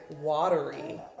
watery